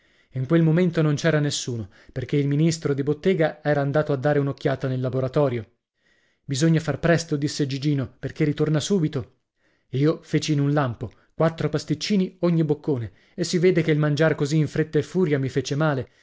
in quel momento non c'era nessuno perché il ministro di bottega era andato a dare un'occhiata nel laboratorio bisogna far presto disse gigino perché ritorna subito io feci in un lampo quattro pasticcini ogni boccone e si vede che il mangiar così in fretta e furia mi fece male